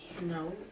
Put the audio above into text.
No